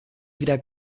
wieder